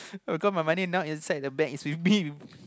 how come my money now inside my bank is with me